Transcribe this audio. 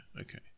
okay